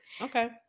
Okay